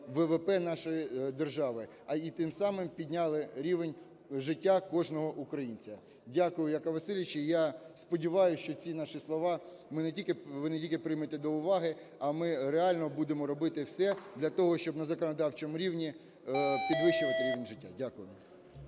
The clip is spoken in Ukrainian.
ВВП нашої держави і тим самим підняли рівень життя кожного українця. Дякую, Яків Васильович. І я сподіваюся, що ці наші слова ми не тільки... ви не тільки приймете до уваги, а ми реально будемо робити все для того, щоб на законодавчому рівні підвищувати рівень життя. Дякую.